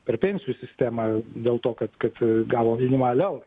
per pensijų sistemą dėl to kad kad gavo minimalią algą